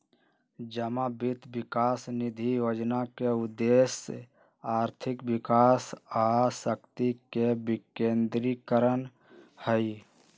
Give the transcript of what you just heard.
जमा वित्त विकास निधि जोजना के उद्देश्य आर्थिक विकास आ शक्ति के विकेंद्रीकरण हइ